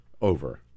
Over